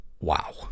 Wow